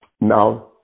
Now